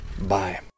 Bye